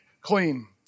clean